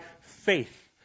faith